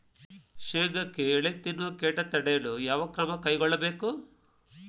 ಶೇಂಗಾಕ್ಕೆ ಎಲೆ ತಿನ್ನುವ ಕೇಟ ತಡೆಯಲು ಯಾವ ಕ್ರಮ ಕೈಗೊಳ್ಳಬೇಕು?